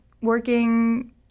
working